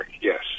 yes